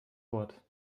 wort